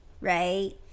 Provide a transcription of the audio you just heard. right